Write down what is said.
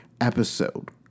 episode